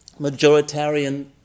majoritarian